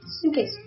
suitcase